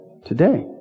today